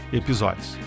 episódios